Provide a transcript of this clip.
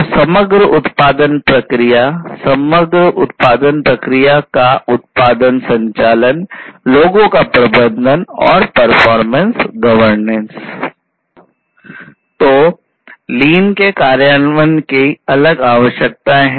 तो लीन के कार्यान्वयन की अलग आवश्यकताएं है